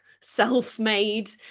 self-made